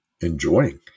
enjoying